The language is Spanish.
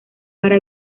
para